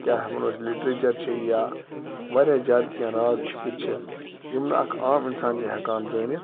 کیٛاہ وَنو أسۍ لِٹریچَر چھِ یا واریاہ زیادٕ کیٚنٛہہ راز چھپِتھ چھِ یِم نہٕ اَکھ عام اِنسان چھُ ہیٚکان زٲنِتھ